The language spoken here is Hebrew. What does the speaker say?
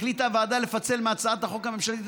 החליטה הוועדה לפצל מהצעת החוק הממשלתית